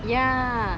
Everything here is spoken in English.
ya